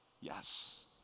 yes